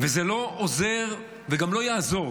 וזה לא עוזר וגם לא יעזור